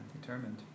determined